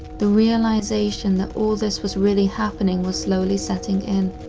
the realization that all this was really happening was slowly setting in.